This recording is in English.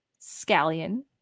scallion